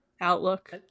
outlook